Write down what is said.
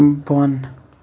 بۄن